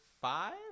five